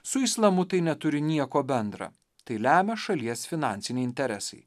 su islamu tai neturi nieko bendra tai lemia šalies finansiniai interesai